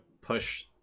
push